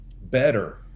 better